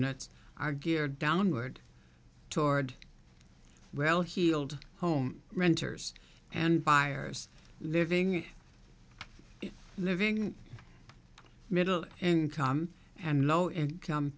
units are geared downward toward well heeled home renters and buyers living living middle income and low income